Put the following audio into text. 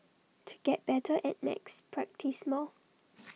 to get better at maths practise more